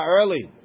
early